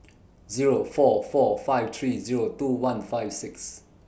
Zero four four five three Zero two one five six